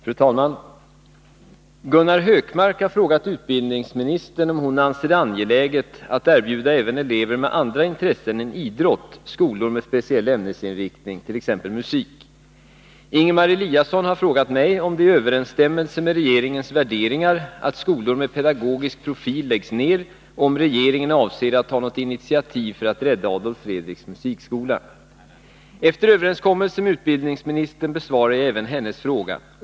Fru talman! Gunnar Hökmark har frågat utbildningsministern om hon anser det angeläget att erbjuda även elever med andra intressen än idrott skolor med speciell ämnesinriktning, t.ex. musik. Ingemar Eliasson har frågat mig om det är i överensstämmelse med regeringens värderingar att skolor med pedagogisk profil läggs ner och om regeringen avser att ta något initiativ för att rädda Adolf Fredriks musikskola. Efter överenskommelse med utbildningsministern besvarar jag även hennes fråga.